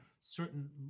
certain